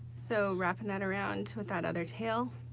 so wrapping that around with that other tail.